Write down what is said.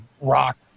rock